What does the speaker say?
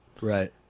Right